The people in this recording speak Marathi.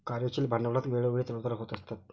कार्यशील भांडवलात वेळोवेळी चढ उतार होत असतात